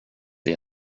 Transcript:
det